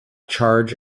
charge